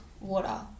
water